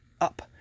up